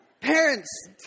Parents